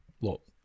look